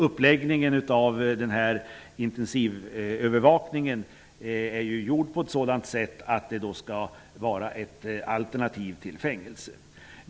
Uppläggningen av intensivövervakningen är gjord på ett sådant sätt att den skall vara ett alternativ till fängelse.